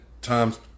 times